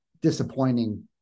disappointing